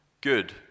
good